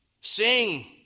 sing